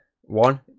one